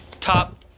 Top